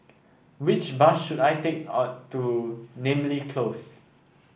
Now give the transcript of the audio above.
which bus should I take to Namly Close